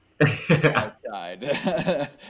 Outside